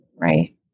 right